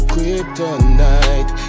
Kryptonite